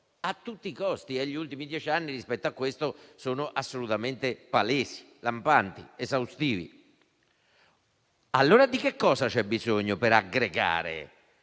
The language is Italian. a tutti i costi, e gli ultimi dieci anni rispetto a questo sono assolutamente palesi, lampanti ed esaustivi. Di cosa c'è bisogno per aggregare?